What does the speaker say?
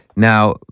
Now